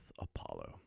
Apollo